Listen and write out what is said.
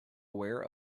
aware